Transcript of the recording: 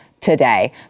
today